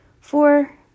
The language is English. four